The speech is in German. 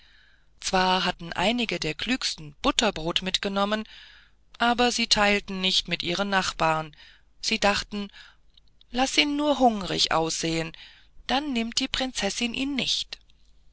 zwar hatten einige der klügsten butterbrot mitgenommen aber sie teilten nicht mit ihrem nachbar sie dachten laß ihn nur hungrig aussehen dann nimmt die prinzessin ihn nicht